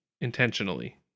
intentionally